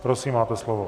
Prosím, máte slovo.